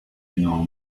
n’en